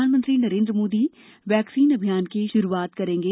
प्रधानमंत्री नरेंद्र मोदी वैक्सीन अभियान की शुरुआत करेंगे